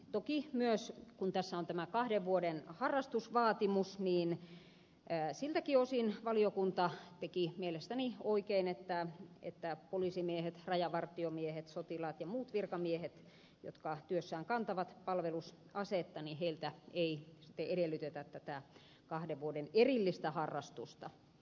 toki myös kun tässä on tämä kahden vuoden harrastusvaatimus siltäkin osin valiokunta teki mielestäni oikein että poliisimiehiltä rajavartiomiehiltä sotilailta ja muilta virkamiehiltä jotka työssään kantavat palvelusasetta ei edellytetä tätä kahden vuoden erillistä harrastusta